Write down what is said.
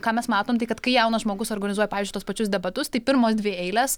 ką mes matom tai kad kai jaunas žmogus organizuoja pavyzdžiui tuos pačius debatus tai pirmos dvi eilės